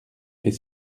fait